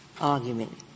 argument